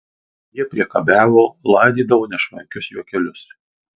jie priekabiavo laidydavo nešvankius juokelius